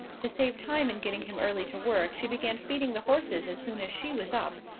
to save time in getting him early to work she began feeding the horses as soon as she was up,